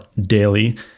daily